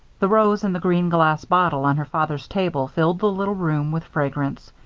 the rose in the green glass bottle on her father's table filled the little room with fragrance.